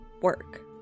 work